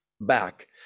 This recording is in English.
back